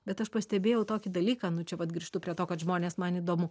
bet aš pastebėjau tokį dalyką nu čia vat grįžtu prie to kad žmonės man įdomu